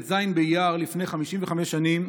בט"ז באייר לפני 55 שנים,